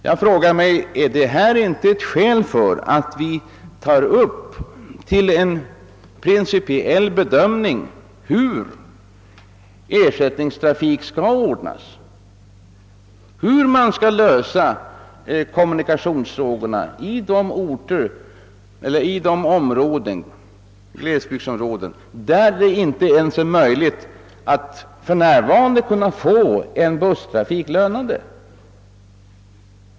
Jag frågar mig om det inte här finns skäl för riksdagen att göra en samlad, principiell bedömning av dessa problem — hur ersättningstrafiken skall ordnas, hur kommunikationsfrågorna skall lösas i de glesbygdsområden där det inte ens är möjligt att f.n. få en busstrafik lönande.